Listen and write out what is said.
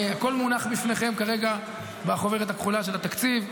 הכול מונח בפניכם כרגע בחוברת הכחולה של התקציב.